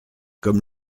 comme